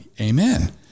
amen